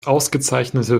ausgezeichnete